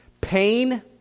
Pain